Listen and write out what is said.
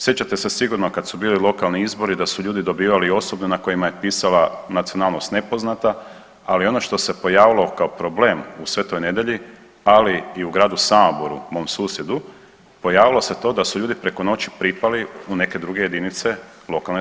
Sjećate se sigurno kad su bili lokalni izbori da su ljudi dobivali osobne na kojima je pisala nacionalnost nepoznata, ali ono što se pojavilo kao problem u Svetoj Nedjelji, ali i u gradu Samoboru mom susjedu, pojavilo se to da su ljudi preko noći pripali u neke druge JLS.